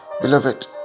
Beloved